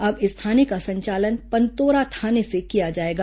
अब इस थाने का संचालन पंतोरा थाने से किया जाएगा